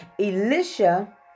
Elisha